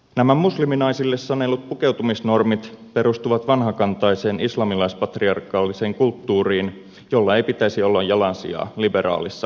nämä musliminaisille sanellut pukeutumisnormit perustuvat vanhakantaiseen islamilais patriarkaaliseen kulttuuriin jolla ei pitäisi olla jalansijaa liberaalissa länsimaisessa suomessa